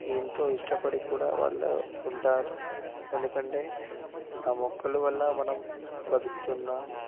ఎంతో ఇష్టపడి కూడా వాళ్ళు ఉంటారు ఎందుకంటే ఆ మొక్కలు వల్ల మనం బతుకుతున్నాము